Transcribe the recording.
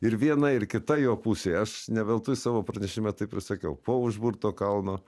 ir viena ir kita jo pusė aš ne veltui savo pranešime taip ir sakiau po užburto kalno